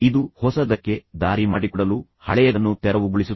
ಇದು ಹೊಸದಕ್ಕೆ ದಾರಿ ಮಾಡಿಕೊಡಲು ಹಳೆಯದನ್ನು ತೆರವುಗೊಳಿಸುತ್ತದೆ